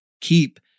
keep